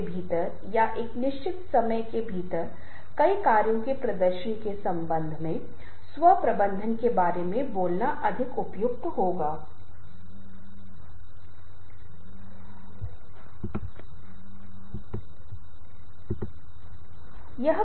प्रस्तुति का दूसरा पहलू अन्य प्रकार के उपकरणों का उपयोग है आप ब्लैक बोर्ड का उपयोग कर सकते हैं आप पेन और पेपर का उपयोग कर सकते हैं और आप एक मार्कर और एक व्हाइट बोर्ड का उपयोग कर सकते हैं आप कंप्यूटर का भी उपयोग कर सकते हैं आप स्लाइड का उपयोग कर सकते हैं आप तस्वीरों चित्रों ध्वनियों का उपयोग कर सकते हैं